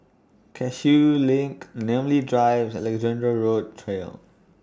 Cashew LINK Namly Drive Alexandra Road Trail